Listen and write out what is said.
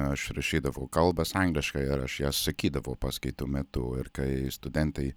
aš rašydavau kalbas angliškai ir aš jas sakydavau paskaitų metu ir kai studentai